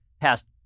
past